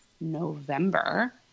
November